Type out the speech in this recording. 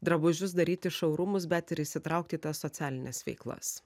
drabužius daryti šou rūmus bet ir įsitraukti į tas socialines veiklas